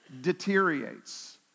deteriorates